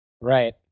Right